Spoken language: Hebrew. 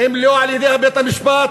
לא בעמידה.